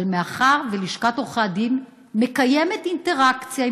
אבל מאחר שלשכת עורכי הדין מקיימת אינטראקציה עם